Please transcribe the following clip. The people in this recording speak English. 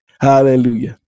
Hallelujah